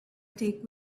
take